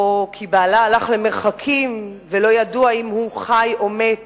או כי בעלה הלך למרחקים ולא ידוע אם הוא חי או מת,